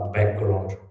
Background